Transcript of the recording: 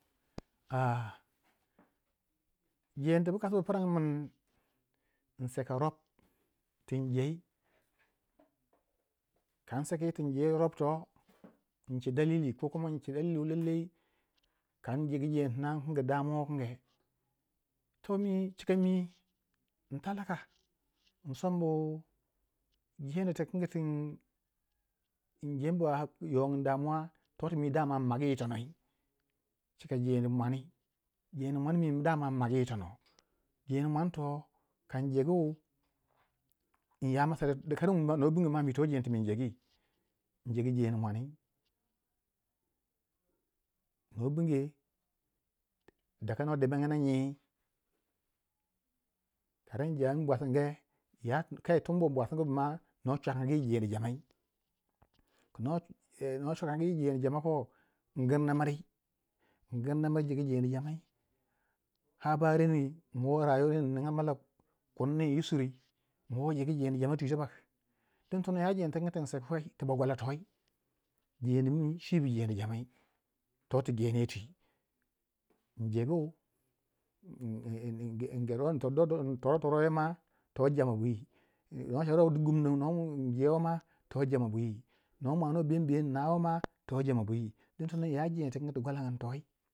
Jeni tibikasi bu frang kin in seka rob, tun jei kanseki yir tin jewei rop ince dalili kokuma ince dalili wu lallai kanjegu jendii tina inking damuwa wukinge to mi cika mi in talaka insombu jeni tikingi tinjewei ba yongin damuwa toti mi damang in magi yitonou cika jendii mwani, jendii mwani daman mi inmagi yitono, jeni mwan toh kanjegu in w=ya masala wukinge dikani no bng ma to jendii timi jegii injegu jeni mwani no binge daka no demangna nyi kara injami bwasinge kaii tunbo bwasingbu mwa no cjhwakangi yi jeni jamai, kuno chwakangi yi jendii jama ko in gir na mri, in gir na miri jegu jendi jamai a ba reni in ninga mla kunni yu suri inwo jegu jeni jama twi tbak dingin tono ya jendii tin sekwei ba gwala toi jendi mi chwi bu jendi jamai, toti genyei twi, injegu, ingeldoi in toro don, in torotoro yo ma to jendi kuma toh jama bwi, no charo di gumnong injewei ma to jama bwi no mwano bembiye ma to jama bwi, dingin tono ya jendi tu gwalang gin toi